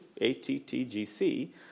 A-T-T-G-C